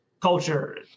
culture